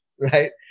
right